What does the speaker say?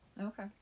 Okay